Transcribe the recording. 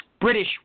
British